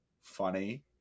funny